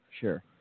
Sure